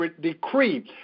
decree